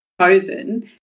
chosen